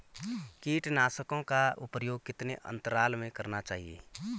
कीटनाशकों का प्रयोग कितने अंतराल में करना चाहिए?